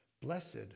blessed